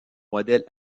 modèle